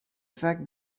fact